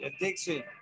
addiction